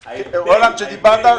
כשדיברת,